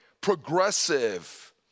progressive